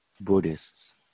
Buddhists